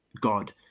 God